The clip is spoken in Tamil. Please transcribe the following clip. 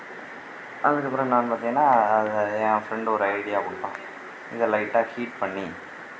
அதுக்கப்புறம் என்னான்னு பார்த்தீங்கன்னா அது என் ஃப்ரெண்ட்டு ஒரு ஐடியா கொடுத்தான் இதை லைட்டாக ஹீட் பண்ணி